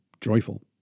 joyful